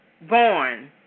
born